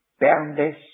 boundless